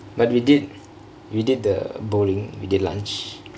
but we did we did the bowlingk with the lunch